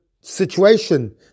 situation